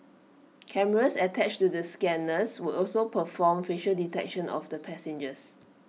cameras attached to the scanners would also perform facial detection of passengers